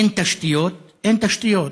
אין תשתיות, אין תשתיות,